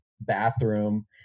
bathroom